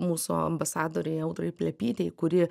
mūsų ambasadorei audrai plepytei kuri